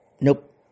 Nope